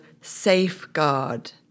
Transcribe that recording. safeguard